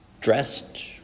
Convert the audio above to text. dressed